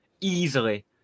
Easily